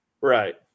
Right